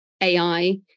AI